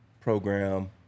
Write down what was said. program